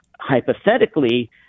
hypothetically